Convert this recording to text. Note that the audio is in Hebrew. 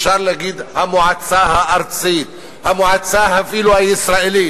אפשר להגיד המועצה הארצית, אפילו המועצה הישראלית.